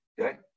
Okay